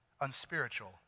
unspiritual